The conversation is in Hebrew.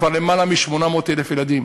כבר למעלה מ-800,000 ילדים.